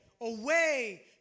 away